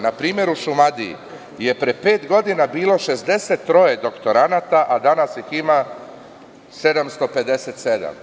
Na primer, u Šumadiji je pre pet godina bilo 63 doktoranata, a danas ih ima 757.